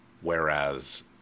Whereas